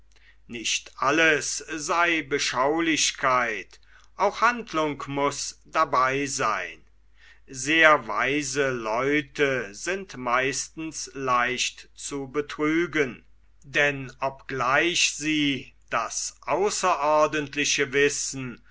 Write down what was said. nicht alles sei beschaulichkeit auch handlung muß dabei seyn sehr weise leute sind meistens leicht zu betrügen denn obgleich sie das außerordentliche wissen